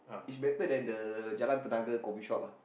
is better than the Jalan-Tenaga coffeeshop